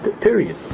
period